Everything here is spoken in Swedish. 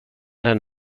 den